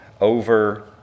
over